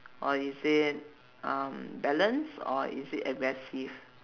or is it um balanced or is it aggressive